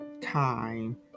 time